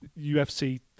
UFC